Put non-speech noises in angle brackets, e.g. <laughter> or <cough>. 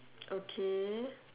<noise> okay